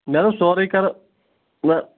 مےٚ دوٚپ سورٕے کَرو